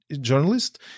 journalist